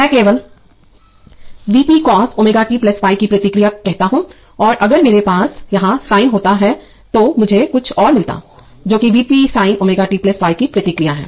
मैं इसे केवल V p cos ω t 5 की प्रतिक्रिया कहता हूं और अगर मेरे पास यहां साइन होता तो मुझे कुछ और मिलता जो कि V p sign ω t 5 की प्रतिक्रिया है